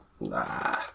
nah